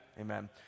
Amen